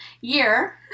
year